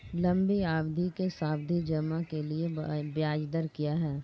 लंबी अवधि के सावधि जमा के लिए ब्याज दर क्या है?